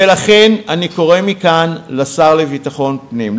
ולכן אני קורא מכאן לשר לביטחון הפנים,